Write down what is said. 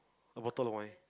a bottle of wine